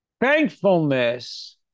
thankfulness